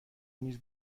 نیز